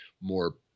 more